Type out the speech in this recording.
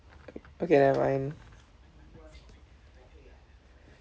okay never mind